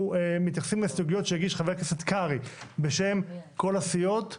אנחנו מתייחסים להסתייגויות שהגיש חבר הכנסת קרעי בשם כל הסיעות.